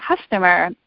customer